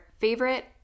favorite